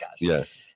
yes